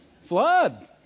Flood